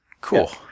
Cool